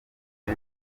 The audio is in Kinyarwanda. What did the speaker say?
ati